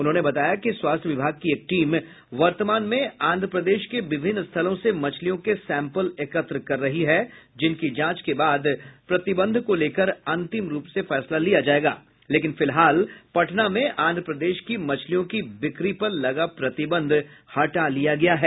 उन्होंने बताया कि स्वास्थ्य विभाग की एक टीम वर्तमान में आंध्र प्रदेश के विभिन्न स्थलों से मछलियों के सैंपल एकत्र कर रही है जिनकी जांच के बाद प्रतिबंध को लेकर अंतिम फैसला लिया जायेगा लेकिन फिलहाल पटना में आंध्र प्रदेश की मछलियों की बिक्री पर लगा प्रतिबंध हटा लिया गया है